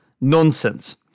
nonsense